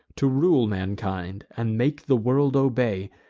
to rule mankind, and make the world obey,